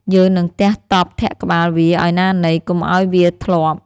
យើងនឹងទះតប់ធាក់ក្បាលវាឱ្យណាណីកុំឱ្យវាធ្លាប់។